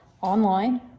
online